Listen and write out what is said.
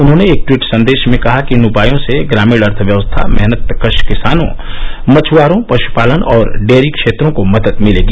उन्होंने एक ट्वीट संदेश में कहा कि इन उपायों से ग्रामीण अर्थव्यवस्था मेहनतकश किसानों मछ्आरों पश्पालन और डेयरी क्षेत्रों को मदद मिलेगी